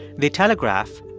they telegraph,